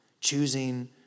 choosing